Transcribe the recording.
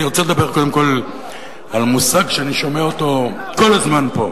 אני רוצה לדבר קודם כול על מושג שאני שומע כל הזמן פה.